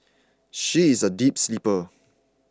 she is a deep sleeper